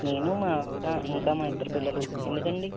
నేను మా ఆవిడా ఇంకా మా ఇద్దరు పిల్లలు ఎందుకండీ